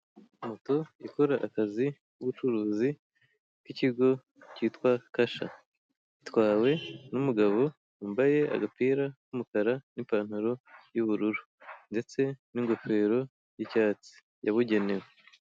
Moto ikora akazi k'ubucuruzi k'ikigo kitwa Kasha, itwawe n'umugabo wambaye agapira k'umukara n'ipantaro y'ubururu, ndetse n'ingofero y'icyatsi yabugenewe.